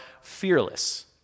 fearless